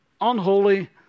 unholy